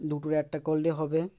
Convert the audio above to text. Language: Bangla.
দুটোর একটা করলে হবে